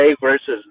versus